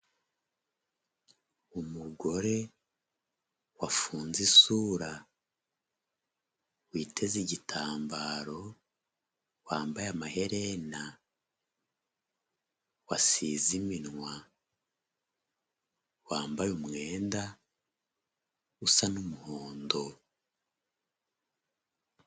Umugore wafunze isura, witeze igitambaro, wambaye amaherena, wasize iminwa, wambaye umwenda usa n'umuhondo.